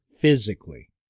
physically